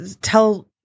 tell